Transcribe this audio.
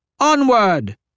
Onward